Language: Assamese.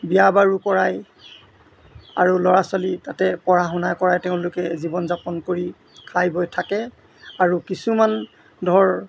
বিয়া বাৰু কৰাই আৰু ল'ৰা ছোৱালী তাতে পঢ়া শুনা কৰাই তেওঁলোকে জীৱন যাপন কৰি খাই বৈ থাকে আৰু কিছুমান ধৰ